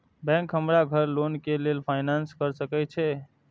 Bank हमरा घर loan के लेल फाईनांस कर सके छे?